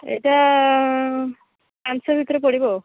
ଏଇଟା ପାଂଶହ ଭିତରେ ପଡ଼ିବ